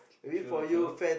true true